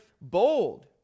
bold